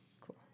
Cool